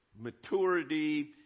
maturity